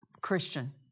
Christian